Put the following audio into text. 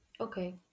Okay